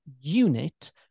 unit